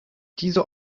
diese